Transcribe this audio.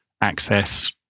access